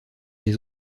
les